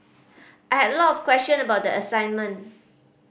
I had a lot of question about the assignment